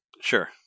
Sure